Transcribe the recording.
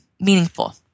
meaningful